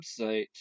website